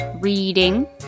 reading